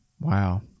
wow